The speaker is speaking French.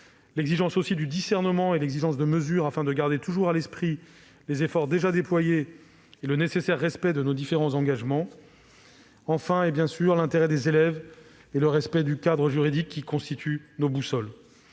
l'exigence du discernement et de la mesure, afin de garder toujours à l'esprit les efforts déjà déployés et le nécessaire respect de nos différents engagements et, enfin, l'intérêt des élèves et le respect du cadre juridique, qui constituent nos boussoles.